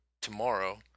tomorrow